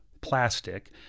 plastic